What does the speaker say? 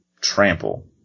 trample